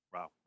Wow